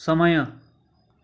समय